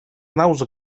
naus